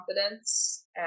confidence